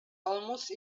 almost